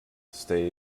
stay